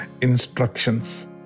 instructions